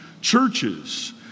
churches